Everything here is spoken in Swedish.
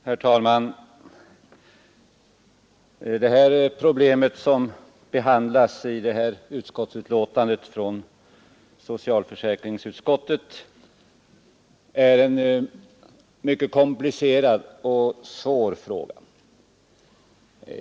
Herr talman! Det problem som behandlas i socialförsäkringsutskottets betänkande nr 31 är mycket komplicerat och svårt.